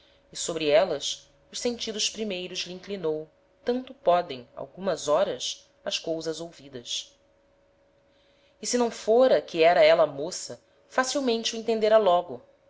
e sobre élas os sentidos primeiros lhe inclinou tanto podem algumas horas as cousas ouvidas e se não fôra que era éla moça facilmente o entendêra logo